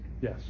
Yes